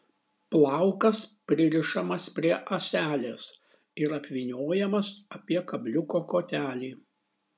plaukas pririšamas prie ąselės ir apvyniojamas apie kabliuko kotelį